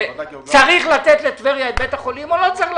האם צריך לתת לטבריה את בית החולים או לא צריך.